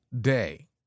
day